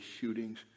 shootings